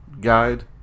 guide